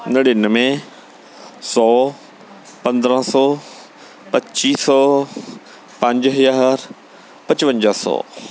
ਨੜ੍ਹਿਨਵੇਂ ਸੌ ਪੰਦਰ੍ਹਾਂ ਸੌ ਪੱਚੀ ਸੌ ਪੰਜ ਹਜ਼ਾਰ ਪਚਵੰਜਾ ਸੌ